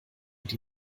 die